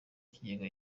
ikigega